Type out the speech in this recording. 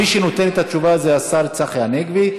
מי שנותן את התשובה זה השר צחי הנגבי.